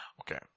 Okay